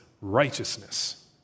righteousness